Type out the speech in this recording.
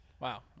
Wow